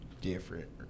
different